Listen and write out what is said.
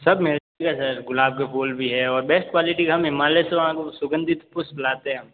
सब मिल जाएगा सर गुलाब के फूल भी है और बेस्ट क्वालिटी का हम हिमालय से सुगंधित पुष्प लाते हैं हम